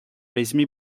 resmi